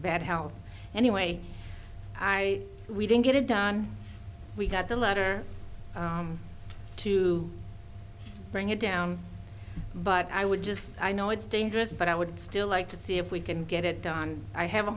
bad health anyway i we didn't get it done we got the letter to bring it down but i would just i know it's dangerous but i would still like to see if we can get it done i have a